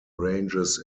ranges